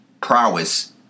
prowess